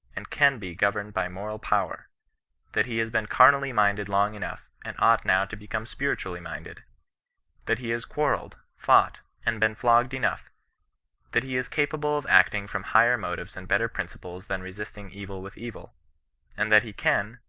and can be governed by moral power that he has been carnally-minded long enough, and ought now to become spiritually-minded that he has quarrelled, fought, and been flogged enough that he is capable of acting from higher motives and better principles than resisting evil with evil and that he can,